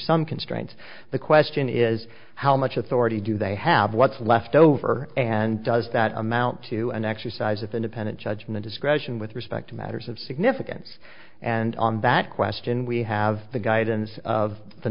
some constraints the question is how much authority do they have what's left over and does that amount to an exercise of independent judgment discretion with respect to matters of significance and on that question we have the guidance of the